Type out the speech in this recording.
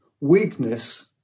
Weakness